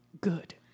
Good